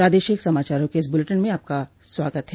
प्रादेशिक समाचारों के इस बुलेटिन में आपका फिर से स्वागत है